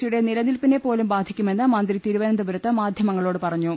C യുടെ നിലനിൽപ്പിനെപോലും ബാധിക്കുമെന്ന് മന്ത്രി തിരുവനന്തപുരത്ത് മാധ്യമങ്ങളോട് പറഞ്ഞു